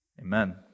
amen